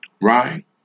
Right